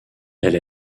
elle